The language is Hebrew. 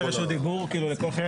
כן.